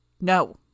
No